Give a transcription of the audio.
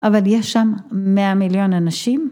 אבל יש שם מאה מיליון אנשים